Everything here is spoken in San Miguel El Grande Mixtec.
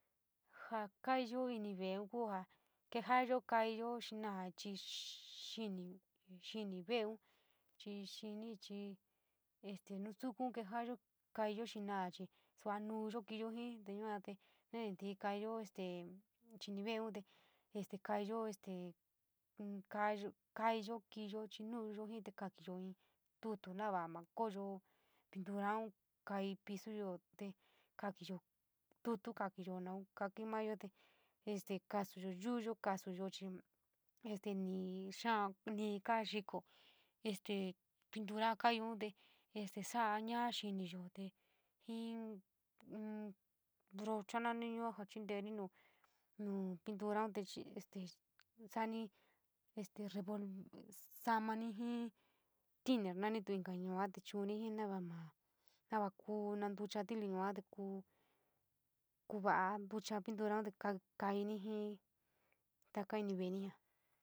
Ja kaiyo ini vee ku ja kejayo kaiyo xinouga a chi xinp, xinp veeou chi xinp, chi nusaku kejayo kaiiyo xinouga chi soa nouo kipo ip? Yo te nii kaiiyo te xinp vee este kaiiyo este kaiiyo kiniyo nouo. Ip te keiyo ni tuto noua booyo pintou nou kaiii pisoyo te kekiiyo tuto maun, kati noua te este kasoyu yuyo kasoyu chi este niip xii niikato este pintou ja kaiyo te sai noa xinyo ja xii in brocha nani. Si yua ja chinteeni no no pinturan este saiyo veou surama noji tini nanp yua te chuun jiina nia, ma va kuu ntucha tini yua te kuu kuu vai ntucho pintura kaini jii taka ini y ve´eni jia.